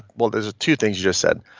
well, there's two things you just said.